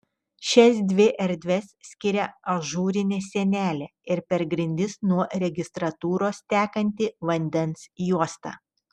šias dvi erdves skiria ažūrinė sienelė ir per grindis nuo registratūros tekanti vandens juosta